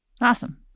Awesome